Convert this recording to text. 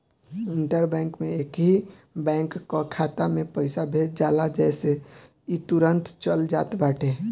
inter bank में एकही bank कअ खाता में पईसा भेज जाला जेसे इ तुरंते चल जात बाटे